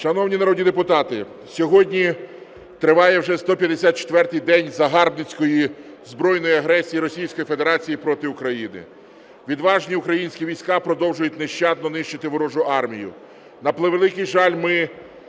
Шановні народні депутати, сьогодні триває вже 154-й день загарбницької збройної агресії Російської Федерації проти України. Відважні українські війська продовжують нещадно нищити ворожу армію. На превеликий жаль, ми,